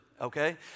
Okay